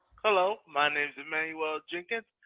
hello. my name is emmanuel jenkins.